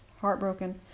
heartbroken